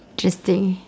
interesting